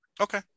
okay